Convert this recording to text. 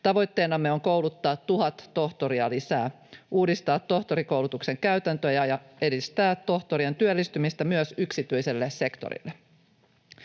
Tavoitteenamme on kouluttaa 1 000 tohtoria lisää, uudistaa tohtorikoulutuksen käytäntöjä ja edistää tohtorien työllistymistä myös yksityiselle sektorille.